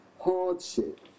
hardship